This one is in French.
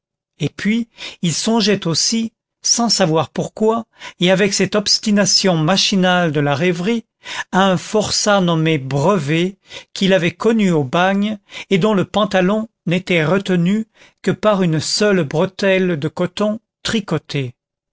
et puis il songeait aussi sans savoir pourquoi et avec cette obstination machinale de la rêverie à un forçat nommé brevet qu'il avait connu au bagne et dont le pantalon n'était retenu que par une seule bretelle de coton tricoté